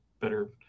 better